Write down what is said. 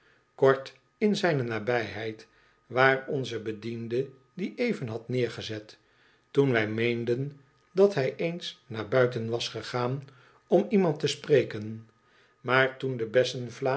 kort in zijne nabijheid waar onze bediende die even had neergezet toen wij meenden dat hij eens naar buiten was gegaan om iemand te spreken maar toen de bessenvla